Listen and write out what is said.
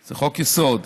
זה חוק-יסוד.